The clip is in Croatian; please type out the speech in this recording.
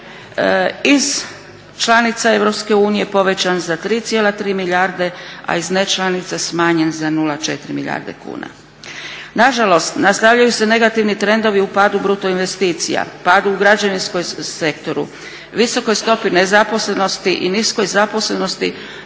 iz članica EU povećan za 3,3 milijarde, a iz ne članica smanjen za 0,4 milijarde kuna. Nažalost, nastavljaju se negativni trendovi u padu bruto investicija, padu u građevinskom sektoru, visokoj stopi nezaposlenosti i niskoj zaposlenosti,